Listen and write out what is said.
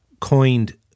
coined